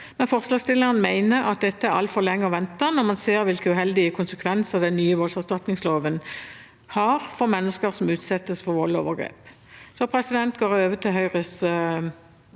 Forslagsstillerne mener at dette er altfor lenge å vente når man ser hvilke uheldige konsekvenser den nye voldserstatningsloven har for mennesker som utsettes for vold og overgrep. Så går jeg over til Høyres